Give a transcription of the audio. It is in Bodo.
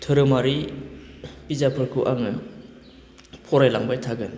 दोहोरोमारि बिजाबफोरखौ आङो फरायलांबाय थागोन